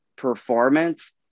Performance